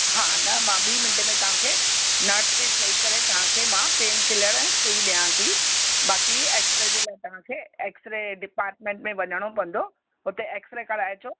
हा न मां ॿी मिंट में तव्हांखे नर्स खे चई करे तव्हांखे मां पेनकिलर ऐं सुई ॾियां थी बाक़ी ऐक्सरे जे लाइ तांखे ऐक्सरे डिपार्टमैंट में वञिणो पवंदो हुते ऐक्सरे कराए अचो